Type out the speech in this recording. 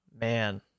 Man